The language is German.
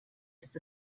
ist